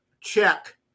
check